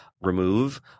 remove